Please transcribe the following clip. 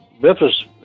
Memphis